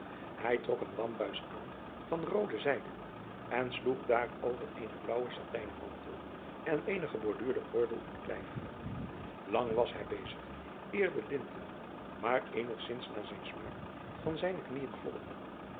hij trok een wambuis aan van roode zijde en sloeg daarover eenen blaauwen satijnen mantel en een geborduurden gordel om het lijf lang was hij bezig eer de linten maar eenigzins naar zijn smaak van zijne knieën